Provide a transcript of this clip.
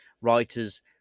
writers